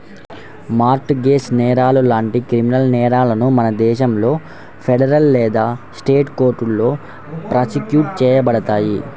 mart gauge నేరాలు లాంటి criminal నేరాలను మన దేశంలో ఫెడరల్ లేదా స్టేట్ కోర్టులో ప్రాసిక్యూట్ చేయబడతాయి